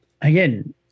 again